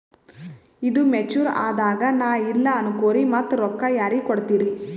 ಈದು ಮೆಚುರ್ ಅದಾಗ ನಾ ಇಲ್ಲ ಅನಕೊರಿ ಮತ್ತ ರೊಕ್ಕ ಯಾರಿಗ ಕೊಡತಿರಿ?